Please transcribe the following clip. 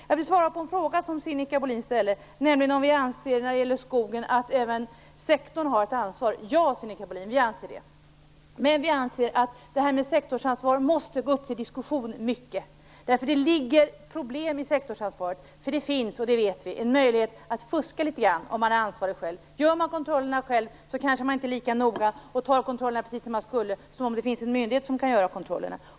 Jag vill svara på en fråga som Sinikka Bohlin ställde, nämligen om vi anser att även sektorn har ett ansvar för skogen. Ja, vi anser det. Sektorsansvaret måste bli föremål för en omfattande diskussion. Problemet med sektorsansvaret är att det medger en möjlighet att fuska. Utför man själv kontrollerna är man kanske inte lika noga som en myndighet skulle vara.